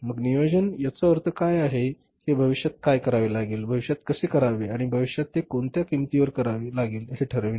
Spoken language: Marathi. मग नियोजन याचा अर्थ काय आहे की भविष्यात काय करावे लागेल भविष्यात कसे करावे आणि भविष्यात ते कोणत्या किंमतीवर करावे लागेल हे ठरविणे